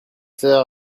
sœurs